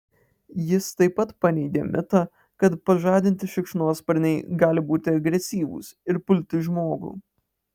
jis taip pat paneigia mitą kad pažadinti šikšnosparniai gali būti agresyvūs ir pulti žmogų